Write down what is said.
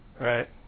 right